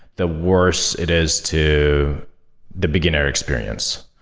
the worst it is to the beginner experience.